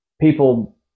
people